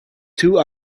two